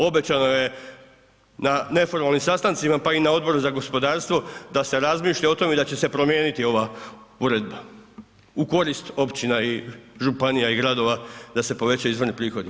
Obećano je na neformalnim sastancima, pa i na Odboru za gospodarstvo da se razmišlja o tome i da će se promijeniti ova uredba u korist općina, županija i gradova da se povećaju izvorni prihodi.